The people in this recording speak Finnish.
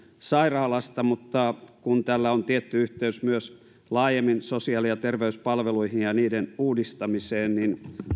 sairaalasta mutta kun tällä on tietty yhteys laajemmin myös sosiaali ja terveyspalveluihin ja niiden uudistamiseen niin